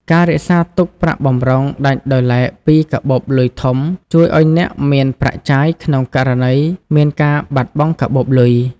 ការរក្សាទុកប្រាក់បម្រុងដាច់ដោយឡែកពីកាបូបលុយធំ ជួយឱ្យអ្នកមានប្រាក់ចាយក្នុងករណីមានការបាត់បង់កាបូបលុយ។